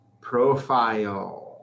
profile